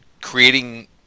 creating